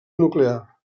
nuclear